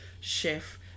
chef